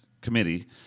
committee